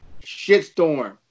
Shitstorm